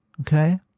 Okay